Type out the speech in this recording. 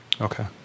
Okay